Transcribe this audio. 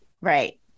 right